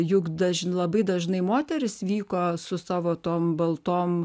juk daž labai dažnai moterys vyko su savo tom baltom